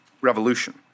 revolution